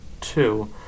two